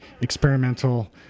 experimental